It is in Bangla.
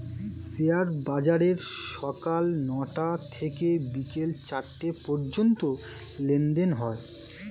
শেয়ার বাজারে সকাল নয়টা থেকে বিকেল চারটে পর্যন্ত লেনদেন হয়